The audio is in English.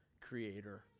creator